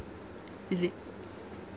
is it